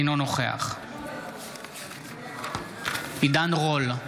אינו נוכח עידן רול,